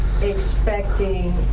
expecting